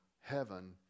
heaven